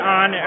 on